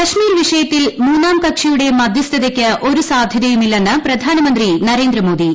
കാശ്മീർ വിഷയത്തിൽ മൂന്നാം കക്ഷിയുടെ മധ്യസ്ഥതയ്ക്ക് ഒരു സാധൃതയുമില്ലെന്ന് പ്രധാനമന്ത്രി നരേന്ദ്ര മോദി